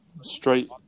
straight